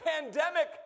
pandemic